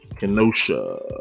Kenosha